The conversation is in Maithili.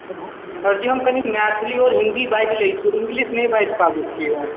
सरजी हम कनि मैथिली आओर हिन्दी बाजि लै छी इङ्गलिश नहि बाजि पाबै छिए